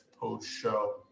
post-show